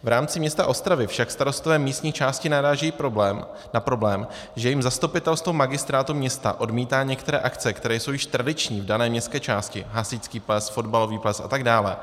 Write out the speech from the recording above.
V rámci města Ostravy však starostové místní části narážejí na problém, že jim zastupitelstvo magistrátu města odmítá některé akce, které jsou již tradiční v dané městské části hasičský ples, fotbalový ples a tak dále.